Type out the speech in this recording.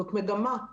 זאת מגמה.